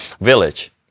village